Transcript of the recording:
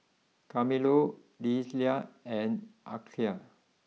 Carmelo Lelia and Arkie